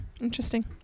Interesting